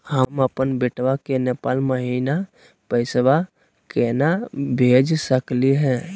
हम अपन बेटवा के नेपाल महिना पैसवा केना भेज सकली हे?